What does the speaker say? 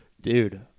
Dude